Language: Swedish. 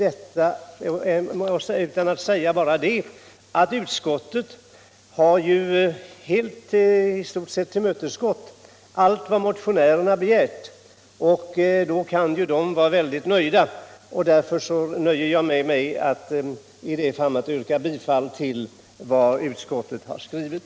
Jag vill bara säga att utskottet i stort sett har tillmötesgått allt vad motionärerna begärt, och då kan de ju vara mycket belåtna. Därför nöjer jag mig med att yrka bifall till vad utskottet har skrivit.